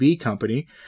company